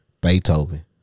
Beethoven